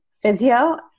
physio